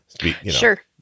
Sure